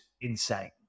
insane